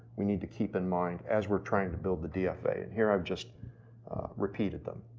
we need to keep in mind, as we're trying to build the dfa, and here i've just repeated them.